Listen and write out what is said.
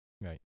Right